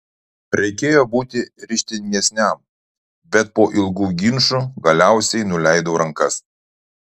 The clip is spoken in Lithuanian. reikėjo būti ryžtingesniam bet po ilgų ginčų galiausiai nuleidau rankas